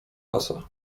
pasa